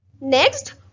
Next